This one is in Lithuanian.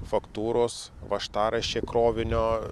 faktūros važtaraščiai krovinio